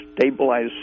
stabilize